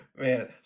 Man